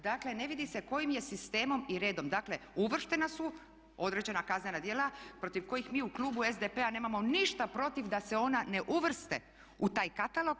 Dakle, ne vidi se kojim je sistemom i redom, dakle uvrštena su određena kaznena djela protiv kojih mi u klubu SDP-a nemamo ništa protiv da se ona ne uvrste u taj katalog.